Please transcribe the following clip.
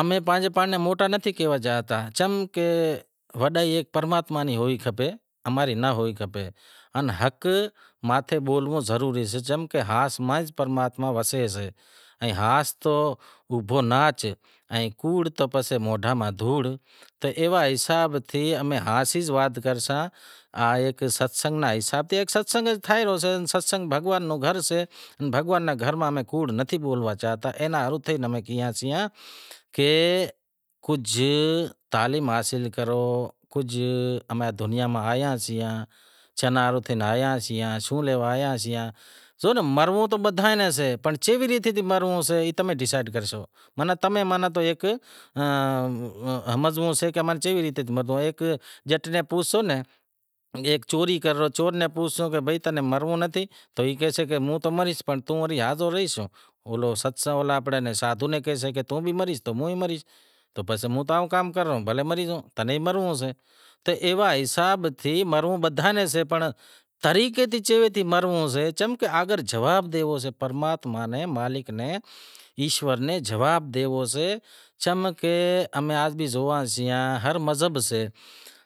امیں پانجے پانڑ ناں موٹا نتھی کہاوتا چم کہ وڈائی ایک پرماتما ری ہوئی کھپے اماری ناں ہوئنڑ کھپے ان حق ماتھے بولنڑو ضروری سے چم کہ حق ماں پرماتما وستو سے، ان ہاچ تو ابھو ناچ ان کوڑ تو موہنڈا ماں دھوڑ تو ایوا حساب تھی امیں ہاسی وات کرساں، ست سنگ کرسان، ست سنگ تو تھے رو سے، ست سنگ بھگوان رو گھر سے، بھگوان رے گھر ماں امیں کوڑ نتھی بولوا چاہتا اینا ہاروں امیں کہیا سیاں کہ کجھ تعلیم حاصل کرو کجھ امیں دنیا میں آیاسیاں، چینا ہاروں آیاسیاں شوں لے آوا سیاں، شوں کہ مرنڑو تو بدہاں ناں سے پنڑ کیوی ریت مرنڑو سے ای تمیں ڈیسائیڈ کرنڑو سے ماناں تمیں ماناں ایک ہمزنڑو سے کہ امیں کیوی ریت مرنڑو سے، ایک جٹ نیں پوسسو کہ ایک چوری کرے چور نیں پوسسو کہ بھائی تمیں مرنڑو نتھی تو کہیسے کہ ہوں تاں مریسا پنڑ توں تاں ہاسو رہیس، سادہو نیں کہیسیں کہ توں بھی مریس تو ہوں بھی مریس تو ہوں تاں ای کام کراں بھلی مری زاں تو ایوا حساب تھی مرنڑو بدہاں نیں سے پر طریقے چیوے سیں مرنڑو سے چمکہ اگر جواب ڈینڑو سے پرماتما نیں مالک نیں ایشور نیں جواب ڈینڑو سے چمکہ امیں آز بھی زوئاسیئاں ہر مذہب سے